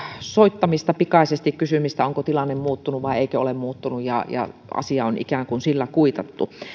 soittamista ja sen kysymistä onko tilanne muuttunut vai eikö ole muuttunut ja ja asia on ikään kuin sillä kuitattu